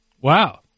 Wow